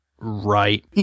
right